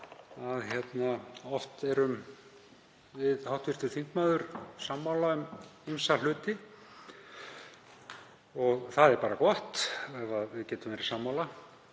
Auðvitað erum við hv. þingmaður oft sammála um ýmsa hluti og það er bara gott ef við getum verið sammála.